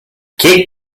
que